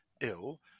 ill